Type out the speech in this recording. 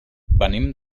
venim